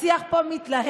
השיח פה מתלהם,